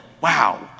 wow